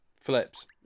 Flips